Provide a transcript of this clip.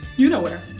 you know where.